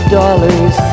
dollars